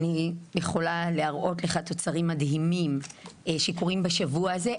אני יכולה להראות לך תוצרים מדהימים שקורים בשבוע הזה.